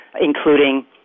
including